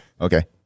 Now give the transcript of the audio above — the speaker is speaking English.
Okay